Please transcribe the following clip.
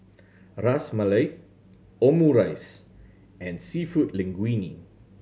Ras Malai Omurice and Seafood Linguine